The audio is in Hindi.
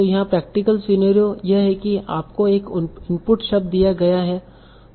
तो यहाँ प्रैक्टिकल सिनारियो यह है की आपको एक इनपुट शब्द दिया गया है